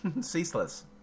ceaseless